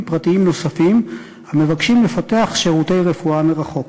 פרטיים נוספים המבקשים לפתח שירותי רפואה מרחוק.